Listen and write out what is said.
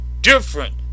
different